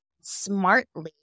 smartly